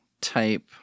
type